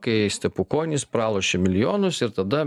kai stepukonis pralošė milijonus ir tada